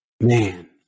man